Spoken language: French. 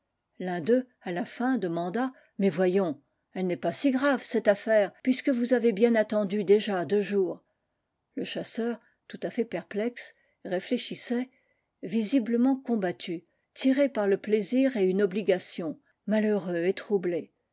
l'un d'eux à la fin demanda mais voyons elle n'est pas si grave cette affaire puisque vous avez bien attendu déjà deux jours le chasseur tout à fait perplexe réfléchissait visiblement combattu tiré par le plaisir et une obhgation malheureux et troublé